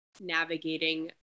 navigating